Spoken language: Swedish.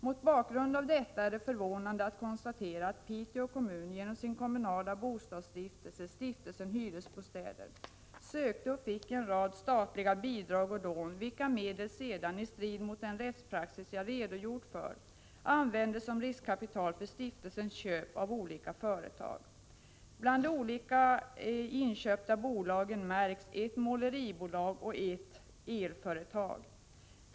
Mot bakgrund av detta är det förvånande att konstatera att Piteå kommun genom sin kommunala bostadsstiftelse Stiftelsen Hyresbostäder sökte och fick en rad statliga bidrag och lån, vilka medel sedan i strid mot den rättspraxis som jag har redogjort för användes som riskkapital för stiftelsens köp av olika företag. Bland de olika inköpta bolagen märks ett måleribolag och ett elföretag.